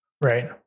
Right